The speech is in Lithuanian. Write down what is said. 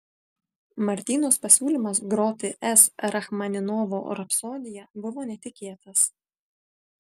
martynos pasiūlymas groti s rachmaninovo rapsodiją buvo netikėtas